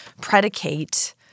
predicate